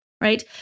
Right